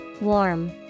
Warm